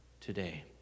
today